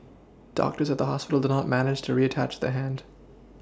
doctors at the hospital did not manage to reattach the hand